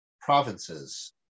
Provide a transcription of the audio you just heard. provinces